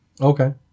Okay